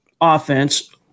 offense